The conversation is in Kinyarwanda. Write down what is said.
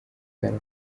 bwana